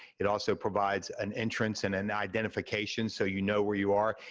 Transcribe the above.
it also provides an entrance and an identification so you know where you are.